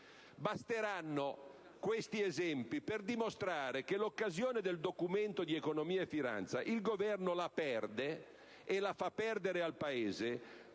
Basteranno questi esempi per dimostrare che l'occasione del Documento di economia e finanza il Governo la perde e la fa perdere al Paese